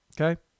Okay